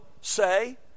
say